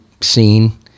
scene